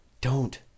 Don't